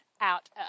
out